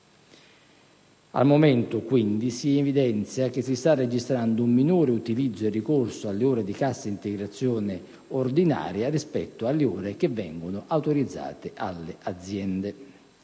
Al momento, quindi, si evidenzia che si sta registrando un minor utilizzo e ricorso alle ore di cassa integrazione ordinaria rispetto alle ore che vengono autorizzate alle aziende.